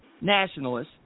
nationalists